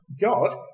God